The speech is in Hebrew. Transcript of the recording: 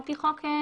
כך